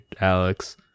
Alex